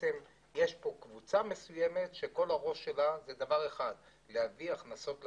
פה קבוצה מסוימת שכל הראש שלה הוא להביא הכנסות לרשות.